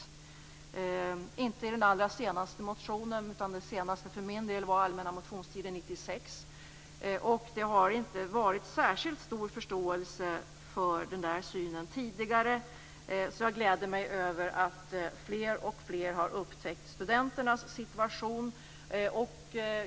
Min senaste motion väckte jag under den allmänna motionstiden 1996. Tidigare har det inte varit särskilt stor förståelse för den synen, så jag gläder mig över att fler och fler har upptäckt studenternas situation.